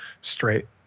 straight